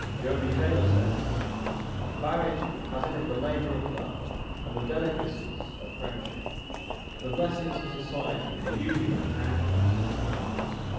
jeremy taylor says marriage hath in it the labor of love, and the delicacies of friendship the blessings of society, and the union of hands and hearts.